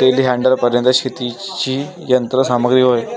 टेलीहँडलरपर्यंत शेतीची यंत्र सामग्री होय